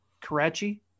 Karachi